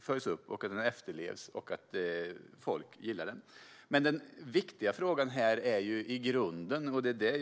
följs upp och efterlevs och att folk gillar den. Den viktiga frågan i grunden är dock en annan.